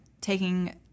taking